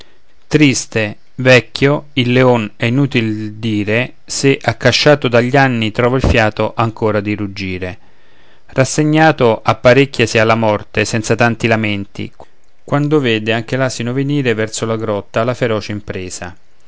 triste vecchio il leon è inutil dire se accasciato dagli anni trova il fiato ancora di ruggire rassegnato apparecchiasi alla morte senza tanti lamenti quando vede anche l'asino venire verso la grotta alla feroce impresa